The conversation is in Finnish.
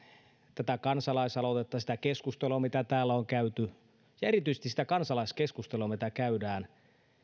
tätä kansalaisaloitetta sitä keskustelua mitä täällä on käyty ja erityisesti sitä kansalaiskeskustelua mitä käydään